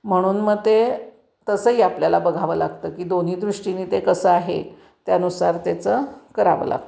म्हणून मग ते तसंही आपल्याला बघावं लागतं की दोन्ही दृष्टीनी ते कसं आहे त्यानुसार त्याचं करावं लागतं